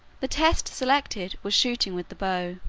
the test selected was shooting with the bow.